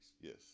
Yes